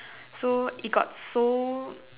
so it got so